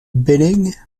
bidding